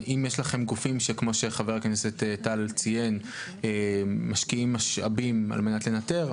אם יש לכם גופים כמו שחבר הכנסת טל ציין משקיעים משאבים על מנת לנטר,